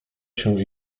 się